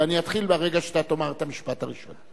ואני אתחיל ברגע שאתה תאמר את המשפט הראשון.